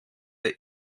der